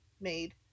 made